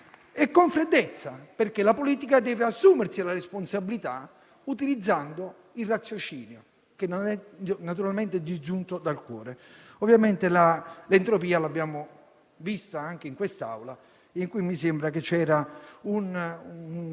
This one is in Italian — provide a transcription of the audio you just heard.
e freddezza, perché la politica deve assumersi la responsabilità utilizzando il raziocinio, che non è naturalmente disgiunto dal cuore. L'entropia l'abbiamo vista anche in quest'Aula, in cui mi sembra che ci sia